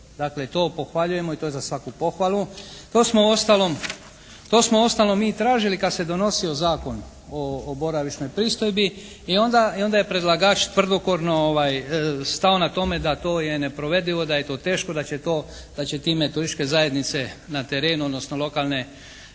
Dakle, to pohvaljujemo i to je za svaku pohvalu. To smo uostalom mi i tražili kad se donosio Zakon o boravišnoj pristojbi i onda je predlagač tvrdokorno stao na tome da to je neprovedivo, da je to teško, da će time turističke zajednice na terenu odnosno lokalne